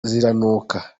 yahoraga